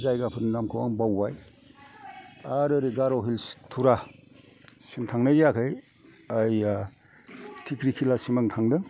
जायगाफोरनि नामखौ आं बावबाय आरो ओरै गार' हिल्स थुरा सिम थांनाय जायाखै थिफ्रिखिलासिम आं थांदों